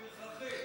פרחחית.